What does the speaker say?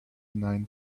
nine